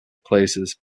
places